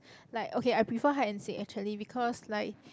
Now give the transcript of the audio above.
like okay I prefer hide and seek actually because like